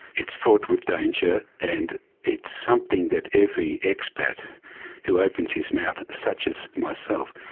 it's fraught with danger, and it's something that every expat who opens his mouth, such as myself,